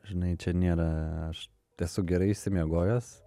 žinai čia nėra aš esu gerai išsimiegojęs